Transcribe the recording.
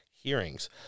hearings